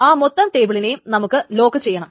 ആ മൊത്തം ടേബിളിനേയും നമുക്ക് ലോക്കു ചെയ്യണം